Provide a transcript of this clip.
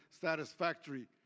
satisfactory